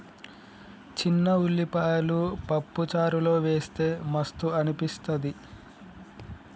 చిన్న ఉల్లిపాయలు పప్పు చారులో వేస్తె మస్తు అనిపిస్తది